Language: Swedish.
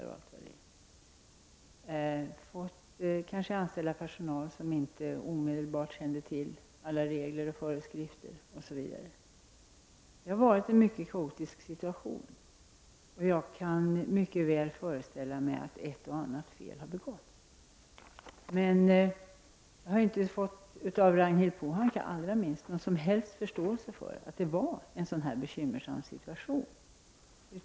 Vi har kanske fått anställa personal som inte från början känner till alla regler och föreskrifter osv. Det har varit en mycket kaotisk situation, och jag kan mycket väl föreställa mig att ett och annat fel har begåtts. Jag har inte märkt någon som helst förståelse hos Ragnhild Pohanka för att det har varit en sådan bekymmersam situation.